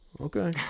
Okay